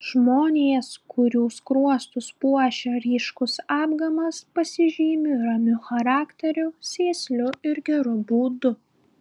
žmonės kurių skruostus puošia ryškus apgamas pasižymi ramiu charakteriu sėsliu ir geru būdu